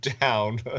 down